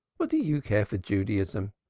what do you care for judaism?